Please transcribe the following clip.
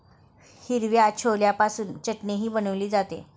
हिरव्या छोल्यापासून चटणीही बनवली जाते